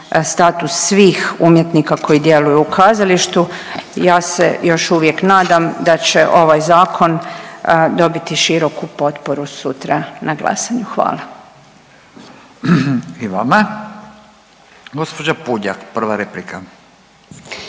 status svih umjetnika koji djeluju u kazalištu. Ja se još uvijek nadam da će ovaj Zakon dobiti široku potporu sutra na glasanju. Hvala. **Radin, Furio